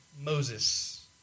Moses